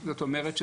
אני לא יודעת,